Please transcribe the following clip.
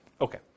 Okay